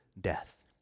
death